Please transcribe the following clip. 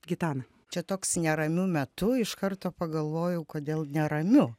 gitana čia toks neramiu metu iš karto pagalvojau kodėl neramiu